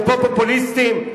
פה פופוליסטים,